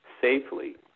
safely